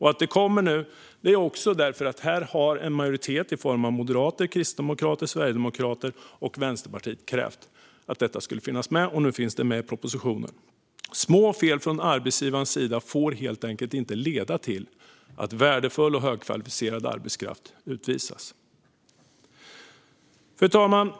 Att de kommer nu beror på att en majoritet i form av moderater, kristdemokrater, sverigedemokrater och vänsterpartister krävt att detta ska finnas med - och nu finns det med i propositionen. Små fel från arbetsgivarens sida får helt enkelt inte leda till att värdefull och högkvalificerad arbetskraft utvisas. Fru talman!